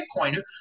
Bitcoin